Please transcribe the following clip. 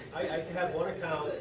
i have one account